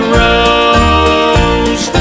rose